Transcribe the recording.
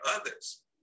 others